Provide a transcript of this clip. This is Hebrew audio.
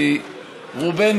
כי רובנו,